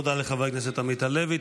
תודה לחבר הכנסת עמית הלוי.